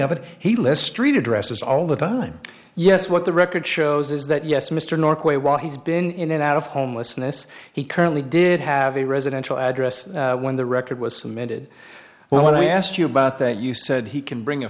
of it he lists saint addresses all the time yes what the record shows is that yes mr norquist while he's been in and out of homelessness he currently did have a residential address when the record was cemented well i asked you about that you said he can bring a